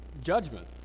judgment